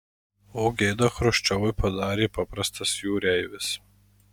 o gėdą chruščiovui padarė paprastas jūreivis